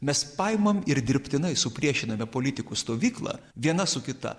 mes paimam ir dirbtinai supriešiname politikų stovyklą viena su kita